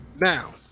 Now